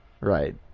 right